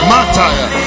Matter